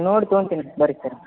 ನೋಡಿ ತೋಂತೀನಂತೆ ಬನ್ರಿ ಸರ್